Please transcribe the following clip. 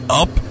up